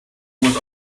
was